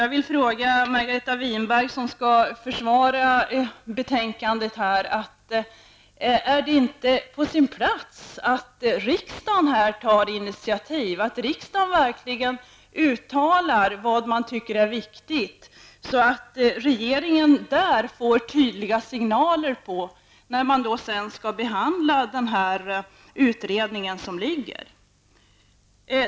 Jag vill fråga Margareta Winberg som skall försvara utskottsförslaget: Är det inte på sin plats att riksdagen tar initiativ och verkligen uttalar vad den tycker är viktigt, så att regeringen på det sättet får tydliga signaler för behandlingen av utredningsresultaten?